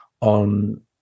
on